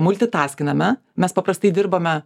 multitaskiname mes paprastai dirbame